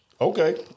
Okay